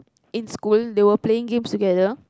in school they were playing games together